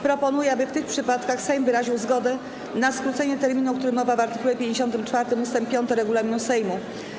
Proponuję, aby w tych przypadkach Sejm wyraził zgodę na skrócenie terminu, o którym mowa w art. 54 ust. 5 regulaminu Sejmu.